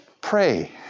pray